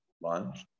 Lunch